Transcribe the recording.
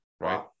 right